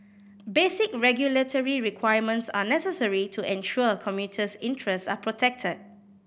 basic regulatory requirements are necessary to ensure commuters interest are protected